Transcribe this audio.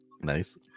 Nice